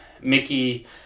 Mickey